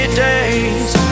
days